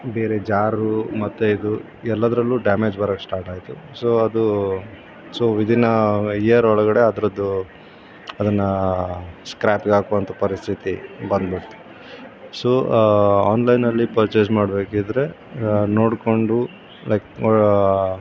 ಬೇರೆ ಜಾರು ಮತ್ತು ಇದು ಎಲ್ಲದರಲ್ಲೂ ಡ್ಯಾಮೇಜ್ ಬರಕ್ಕೆ ಸ್ಟಾರ್ಟಾಯಿತು ಸೊ ಅದು ಸೊ ವಿದಿನ್ ಅ ಇಯರ್ ಒಳಗಡೆ ಅದ್ರದ್ದು ಅದನ್ನು ಸ್ಕ್ರ್ಯಾಪಿಗೆ ಹಾಕುವಂಥ ಪರಿಸ್ಥಿತಿ ಬಂದು ಬಿಡ್ತು ಸೊ ಆನ್ಲೈನಲ್ಲಿ ಪರ್ಚೇಸ್ ಮಾಡಬೇಕಿದ್ರೆ ನೋಡಿಕೊಂಡು ಲೈಕ್